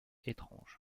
étrange